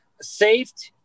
safety